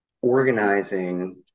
Organizing